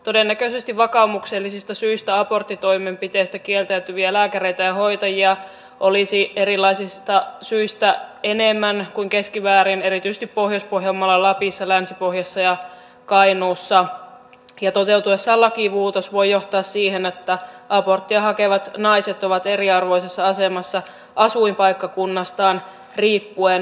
todennäköisesti vakaumuksellisista syistä aborttitoimenpiteestä kieltäytyviä lääkäreitä ja hoitajia olisi erilaisista syistä enemmän kuin keskimäärin erityisesti pohjois pohjanmaalla lapissa länsipohjassa ja kainuussa ja toteutuessaan lakimuutos voi johtaa siihen että aborttia hakevat naiset ovat eriarvoisessa asemassa asuinpaikkakunnastaan riippuen